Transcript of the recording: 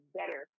better